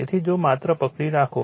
તેથી જો માત્ર પકડી રાખો